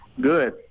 good